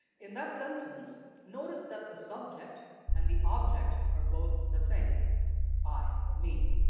in that sentence notice that the subject and the object are both the same i or me.